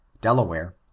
delaware